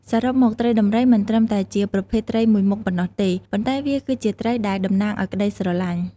សរុបមក ត្រីដំរីមិនត្រឹមតែជាប្រភេទត្រីមួយមុខប៉ុណ្ណោះទេ ប៉ុន្តែវាគឺជាត្រីដែលតំណាងឱ្យក្តីស្រឡាញ់។